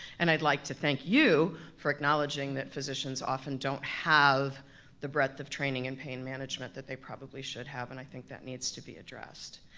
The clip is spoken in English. and i'd like to thank you for acknowledging that physicians often don't have the breadth of training in pain management that they probably should have and i think that needs to be addressed.